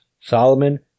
Solomon